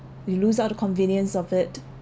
we lose out of convenience of it